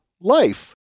life